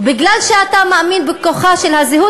ומכיוון שאתה מאמין בכוחה של הזהות,